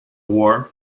war